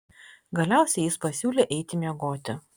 galiausiai jis pasiūlė eiti miegoti